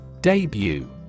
Debut